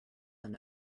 than